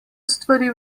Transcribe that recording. stvari